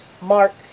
Mark